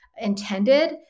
intended